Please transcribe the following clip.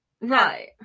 Right